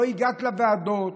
לא הגעת לוועדות,